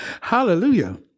Hallelujah